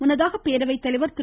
முன்னதாக பேரவைத்தலைவர் திரு